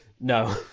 No